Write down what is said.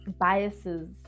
biases